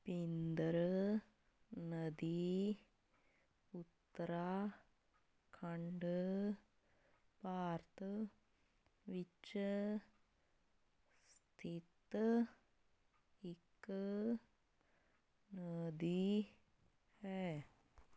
ਪਿੰਦਰ ਨਦੀ ਉੱਤਰਾਖੰਡ ਭਾਰਤ ਵਿੱਚ ਸਥਿਤ ਇੱਕ ਨਦੀ ਹੈ